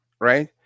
right